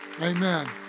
Amen